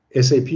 SAP